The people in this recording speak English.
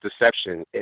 deception